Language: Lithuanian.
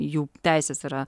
jų teisės yra